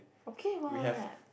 okay what